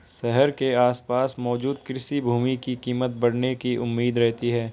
शहर के आसपास मौजूद कृषि भूमि की कीमत बढ़ने की उम्मीद रहती है